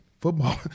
football